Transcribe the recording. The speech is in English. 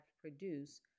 produce